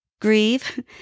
grieve